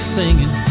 singing